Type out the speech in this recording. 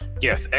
yes